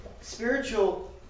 spiritual